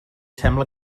sembla